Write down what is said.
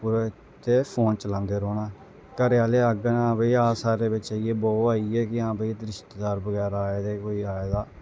कुतै ते फोन चलांदे रौह्ना घर आह्ले आखना हां भाई साढ़े बिच्च बौह् आइयै बौह् आइयै कि हां भाई रिश्तेदार बगैरा आए दे कोई आए दा